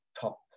top